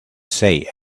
say